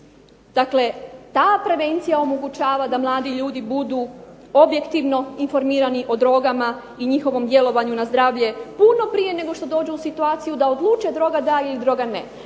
Dakle, ta prevencija omogućava da mladi ljudi budu objektivno informirani o drogama i njihovom djelovanju na zdravlje, puno prije nego što dođe u situaciju da li droga da ili da li